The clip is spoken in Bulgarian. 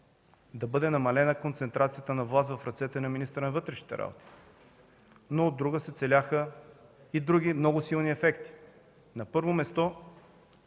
–да бъде намалена концентрацията на власт в ръцете на министъра на вътрешните работи, но, от друга страна, се целяха и други много силни ефекти. На първо място,